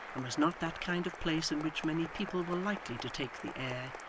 and was not that kind of place in which many people were likely to take the air,